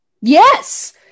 Yes